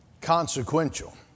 consequential